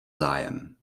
zájem